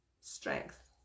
strength